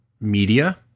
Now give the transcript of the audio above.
media